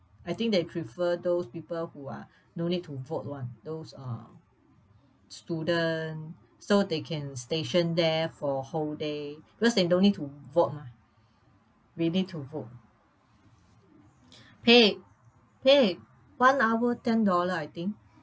I think they prefer those people who are no need to vote [one] those uh student so they can station there for whole day because they don't need to vote mah we need to vote pay pay one hour ten-dollar I think